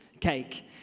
cake